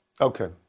Okay